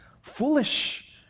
foolish